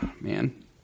Man